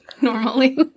normally